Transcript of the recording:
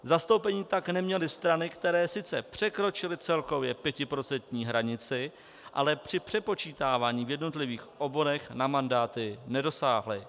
Zastoupení pak neměly strany, které sice překročily celkově 5% hranici, ale při přepočítávání v jednotlivých obvodech na mandáty nedosáhly.